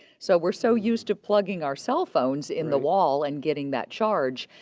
so we're so used to plugging our cell phones in the wall and getting that charge.